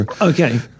Okay